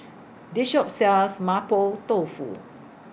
This Shop sells Mapo Tofu